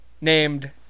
named